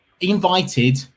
invited